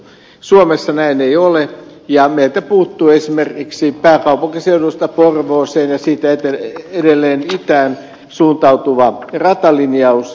suomessa näin ei ole ja meiltä puuttuu esimerkiksi pääkaupunkiseudulta porvooseen ja siitä edelleen itään suuntautuva ratalinjaus